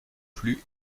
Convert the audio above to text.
plu